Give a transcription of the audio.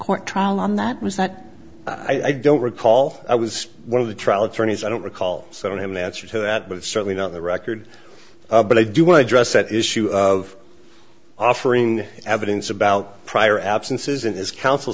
court trial on that was that i don't recall i was one of the trial attorneys i don't recall so i don't have an answer to that but certainly not the record but i do want to address that issue of offering evidence about prior absences and his counsel